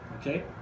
okay